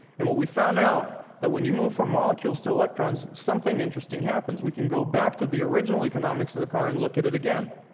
and what we found out, when you move from molecules to electrons, something interesting happens. we can go back to the original economics of the car and look at it again.